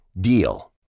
DEAL